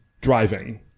driving